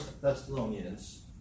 Thessalonians